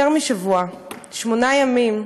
יותר משבוע, שמונה ימים,